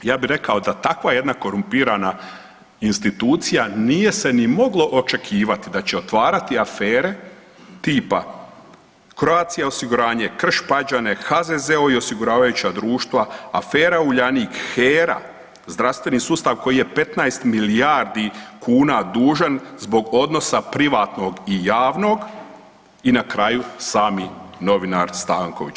Ja bi rekao da takva jedna korumpirana institucija nije se ni moglo očekivati da će otvarati afere tipa Croatia osiguranje, Krš-Pađene, HZZO i osiguravajuća društva, afera Uljanik, HERA, zdravstveni sustav koji je 15 milijardi kuna dužan zbog odnosa privatnog i javnog i na kraju sami novinar Stanković.